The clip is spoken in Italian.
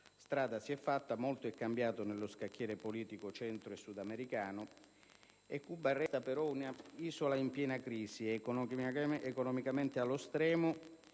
strada si è fatta, molto è cambiato nello scacchiere politico centro-sudamericano. Cuba resta però un'isola in piena crisi, economicamente allo stremo,